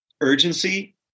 urgency